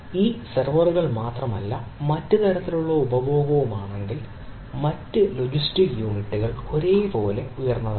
ഇത് സെർവറുകൾ മാത്രമല്ല മറ്റ് തരത്തിലുള്ള ഉപഭോഗവും ആണെങ്കിൽ മറ്റ് ലോജിസ്റ്റിക് യൂണിറ്റുകൾ ഒരുപോലെ ഉയർന്നതാണ്